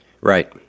Right